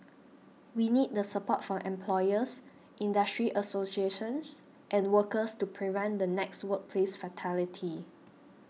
we need the support from employers industry associations and workers to prevent the next workplace fatality